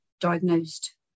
diagnosed